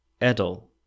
Edel